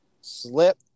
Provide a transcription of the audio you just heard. Slip